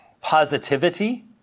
positivity